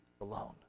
alone